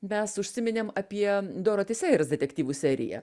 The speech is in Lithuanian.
mes užsiminėm apie doroti sėjers detektyvų seriją